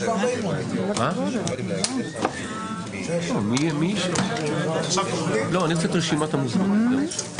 15:40.) אנחנו מחדשים את ישיבת הוועדה.